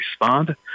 respond